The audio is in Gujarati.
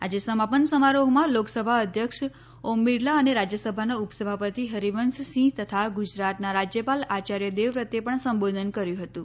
આજે સમાપન સમારોહમાં લોકસભા અધ્યક્ષ ઓમ બિરલા અને રાજ્ય સભાના ઉપસભાપતિ હરિવંશસિંહ તથા ગુજરાતના રાજ્યપાલ આચાર્ય દેવવ્રતે પણ સંબોધન કર્યું હતું